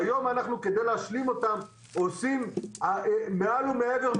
והיום, אנחנו כדי להשלים אותם עושים מעל ומעבר.